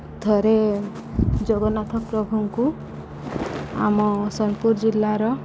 ଥରେ ଜଗନ୍ନାଥ ପ୍ରଭୁଙ୍କୁ ଆମ ସୋନପୁର ଜିଲ୍ଲାର